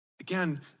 Again